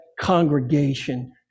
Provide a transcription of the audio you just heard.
congregation